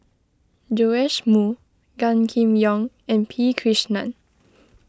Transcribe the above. Joash Moo Gan Kim Yong and P Krishnan